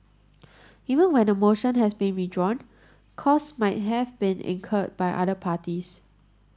even when a motion had been withdrawn costs might have been incurred by other parties